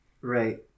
Right